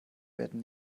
werden